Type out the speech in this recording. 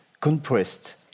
compressed